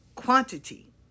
quantity